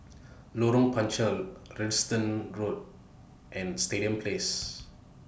Lorong Panchar Road and Stadium Place